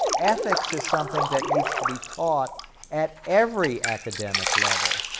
ethics is something that needs to be taught at every academic level,